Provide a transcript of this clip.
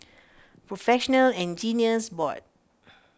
Professional Engineers Board